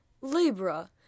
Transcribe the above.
Libra